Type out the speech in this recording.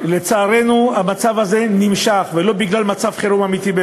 לצערנו המצב הזה נמשך, ולא בגלל מצב חירום אמיתי.